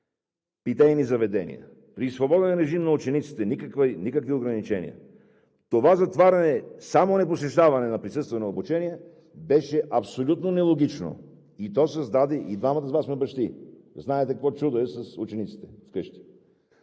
питейни заведения, при свободен режим на учениците – никакви ограничения, това затваряне и неприсъствено обучение беше абсолютно нелогично и то създаде... Двамата с Вас сме бащи, знаете какво чудо е с учениците вкъщи.